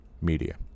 media